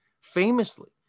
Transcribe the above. famously